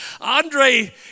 Andre